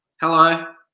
Hello